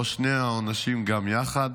או שני העונשים גם יחד.